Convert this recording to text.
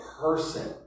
person